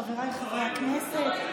חבריי חברי הכנסת,